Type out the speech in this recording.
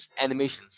animations